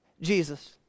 Jesus